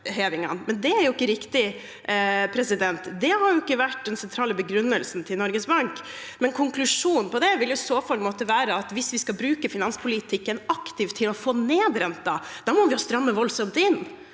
men det er jo ikke riktig. Det har ikke vært den sentrale begrunnelsen fra Norges Bank. Konklusjonen på det ville i så fall måtte være at hvis vi skal bruke finanspolitikken aktivt til å få ned renten, må vi stramme voldsomt inn.